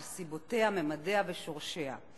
על סיבותיה, ממדיה ושורשיה.